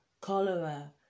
cholera